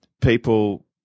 people